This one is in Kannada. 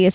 ಎಸ್